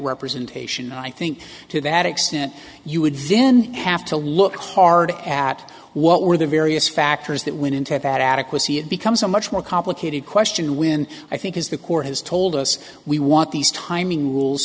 representation i think to that extent you would then have to look hard at what were the various factors that went into that adequacy it becomes a much more complicated question when i think is the court has told us we want these timing rules